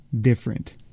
different